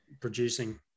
producing